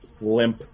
limp